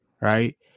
right